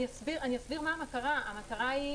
אני אסביר מה המטרה.